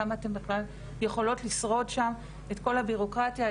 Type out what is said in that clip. כמה אתן יכולות לשרוד שם את כל הבירוקרטיה,